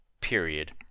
period